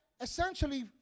essentially